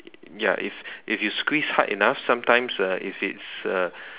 ya if if you squeeze hard enough sometimes uh if it's uh